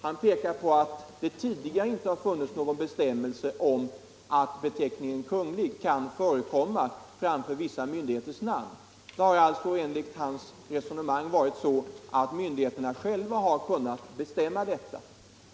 Han pekar på att det tidigare inte har funnits någon bestämmelse om att beteckningen Kunglig kan förekomma framför vissa myndigheters namn. Det har alltså enligt hans resonemang varit så att myndigheterna själva har kunnat bestämma detta.